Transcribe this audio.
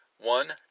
One